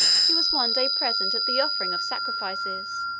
he was one day present at the offering of sacrifices,